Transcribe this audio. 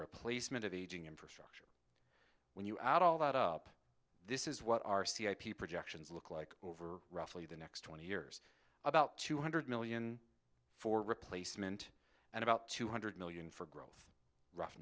replacement of aging in person when you add all that up this is what our c h p projections look like over roughly the next twenty years about two hundred million for replacement and about two hundred million for growth rough